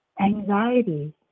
anxiety